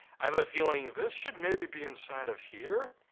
i have a feeling this should maybe be inside of here?